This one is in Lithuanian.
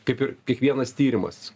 kaip ir kiekvienas tyrimas